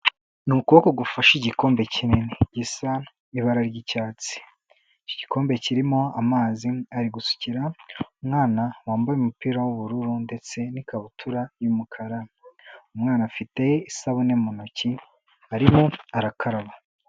Ni ukuboko gufashe igikombe kinini gisa ibara ry'icyatsi. Iki gikombe kirimo amazi, ari gusukira umwana wambaye umupira w'ubururu ndetse n'ikabutura y'umukara. Umwana afite isabune mu ntoki, arimo arakaraba.